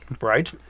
right